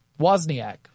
Wozniak